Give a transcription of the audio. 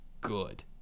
good